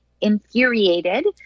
infuriated